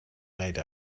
late